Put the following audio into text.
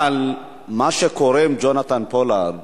אבל מה שקורה עם יונתן פולארד,